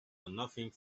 nothing